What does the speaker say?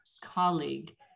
colleague